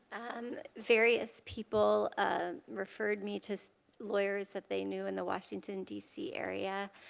and various people ah referred me to lawyers that they knew in the washington dc area.